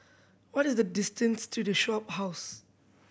what is the distance to The Shophouse